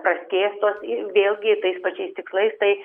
praskėstos ir vėlgi tais pačiais tikslais tai